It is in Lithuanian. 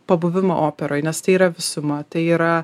pabuvimą operoj nes tai yra visuma tai yra